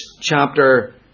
chapter